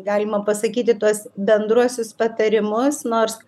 galima pasakyti tuos bendruosius patarimus nors